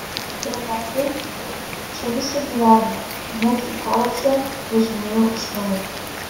praleidau čia visą gyvenimą net į koledžą važinėjau iš namų